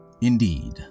Indeed